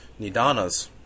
nidanas